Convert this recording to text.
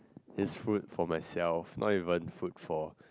it's food for myself not even food for